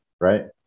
right